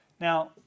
Now